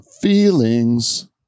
feelings